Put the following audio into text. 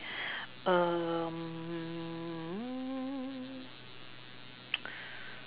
um